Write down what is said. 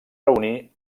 reunir